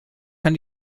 kann